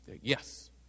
yes